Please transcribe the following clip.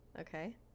okay